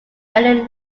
earlier